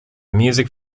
music